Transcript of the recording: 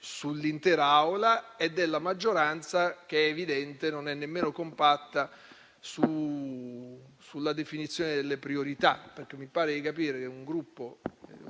sull'intera Aula e della maggioranza, che evidentemente non è nemmeno compatta sulla definizione delle priorità.